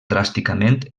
dràsticament